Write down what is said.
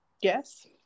Yes